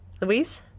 Louise